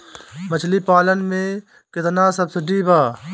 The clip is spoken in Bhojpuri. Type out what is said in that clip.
मछली पालन मे केतना सबसिडी बा?